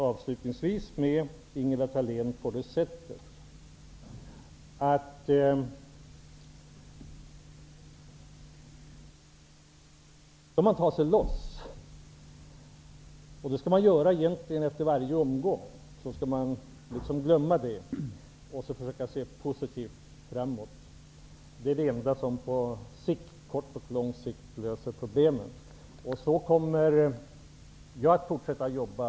Avslutningsvis, Ingela Thalén: Man skall ta sig loss, och det skall man egentligen göra efter varje omgång. Man skall glömma och se positivt framåt. Det är det enda som på kort och lång sikt löser problemen. Så kommer jag att fortsätta att jobba.